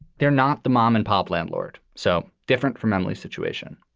they're not the mom and pop landlord. so different from emily's situation.